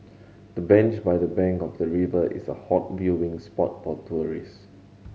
the bench by the bank of the river is a hot viewing spot for tourist